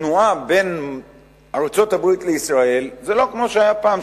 התנועה בין ארצות-הברית לישראל זה לא כמו שהיה פעם,